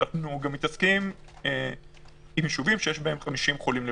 אז אנחנו מתעסקים עם יישובים שיש בהם 50 חולים לפחות.